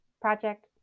Project